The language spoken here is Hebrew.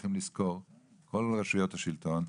צריכים לזכור כל רשויות השלטון,